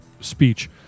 speech